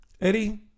Eddie